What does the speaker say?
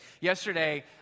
Yesterday